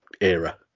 era